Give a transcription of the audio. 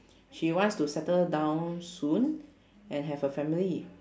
she wants to settle down soon and have a family